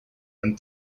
and